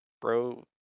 bro